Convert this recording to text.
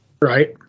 Right